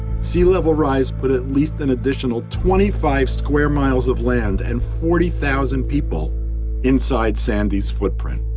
sea-level rise put at least an additional twenty five square miles of land and forty thousand people inside sandy's footprint.